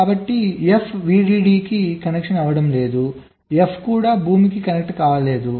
కాబట్టి F VDD కి connect అవ్వడం లేదు F కూడా భూమికి కనెక్ట్ కాలేదు